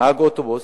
נהג אוטובוס,